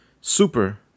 Super